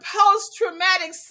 post-traumatic